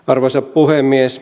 arvoisa puhemies